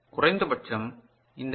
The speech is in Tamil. குறைந்தபட்சம் இந்த எல்